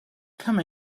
come